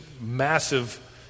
massive